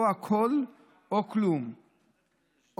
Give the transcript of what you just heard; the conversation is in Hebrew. או הכול או כלום,